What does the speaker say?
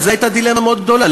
על זה הייתה דילמה מאוד גדולה,